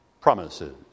promises